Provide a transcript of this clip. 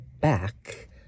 back